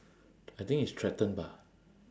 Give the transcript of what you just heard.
I think it's threaten bah